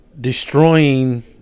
destroying